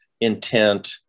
intent